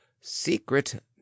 secret